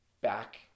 back